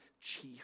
chief